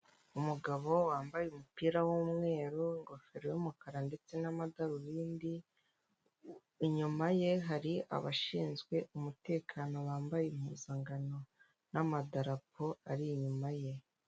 Umugabo wambaye umupira w'umweru ingofero y'umukara ndetse n'amadarubindi, inyuma ye hari abashinzwe umutekano bambaye impuzangano n'amadapo ari inyuma ye.